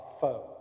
phone